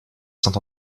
saint